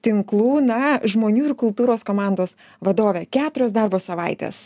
tinklų na žmonių ir kultūros komandos vadovė keturios darbo savaitės